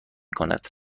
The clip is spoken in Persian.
کند